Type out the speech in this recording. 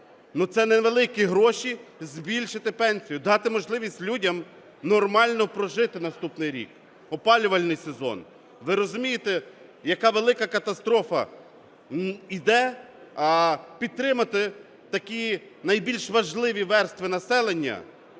Це невеликі гроші, збільшити пенсію, дати можливість людям нормально прожити наступний рік, опалювальний сезон. Ви розумієте, яка велика катастрофа йде, а підтримати такі найбільш важливі верстви населення